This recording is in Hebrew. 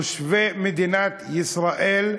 הם תושבי מדינת ישראל,